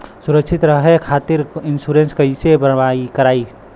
सुरक्षित रहे खातीर इन्शुरन्स कईसे करायी?